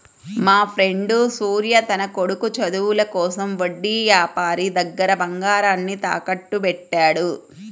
మాఫ్రెండు సూర్య తన కొడుకు చదువుల కోసం వడ్డీ యాపారి దగ్గర బంగారాన్ని తాకట్టుబెట్టాడు